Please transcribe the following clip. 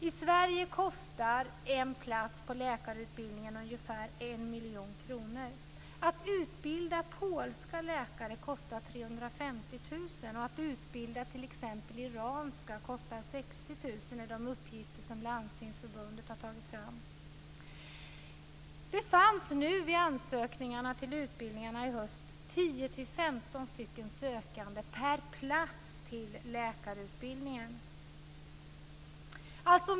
I Sverige kostar en plats på läkarutbildningen ungefär 1 miljon kronor. Att utbilda polska läkare kostar 350 000 kr och att utbilda t.ex. iranska läkare kostar 60 000 kr, enligt de uppgifter som Landstingsförbundet har tagit fram. I höstas fanns det 10-15 sökande per plats till läkarutbildningen.